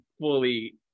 fully